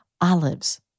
olives